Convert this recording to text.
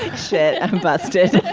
shit combusted